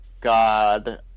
god